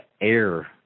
air